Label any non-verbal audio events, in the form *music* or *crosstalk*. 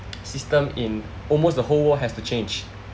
*noise* system in almost the whole world has to change